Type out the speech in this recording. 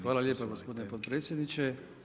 Hvala lijepo gospodine potpredsjedniče.